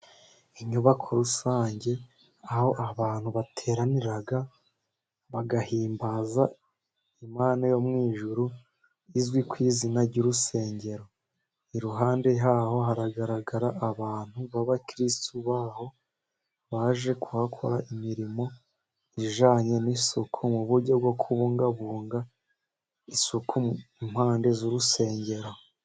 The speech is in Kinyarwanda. Inyubako rusange aho abantu bateranira, bagahimbaza Imana yo mu ijuru, izwi ku izina ry'urusengero. Iruhande haho haragaragara abantu b'abakiririsitu baho baje kuhakora imirimo ijyanye n'isuku mu buryo bwo kubungabunga isuku impande z'urusengero.